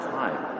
time